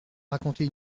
raconter